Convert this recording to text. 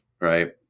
right